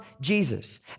Jesus